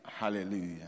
Hallelujah